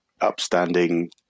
upstanding